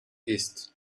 east